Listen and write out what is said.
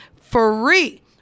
free